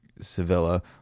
Sevilla